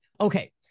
Okay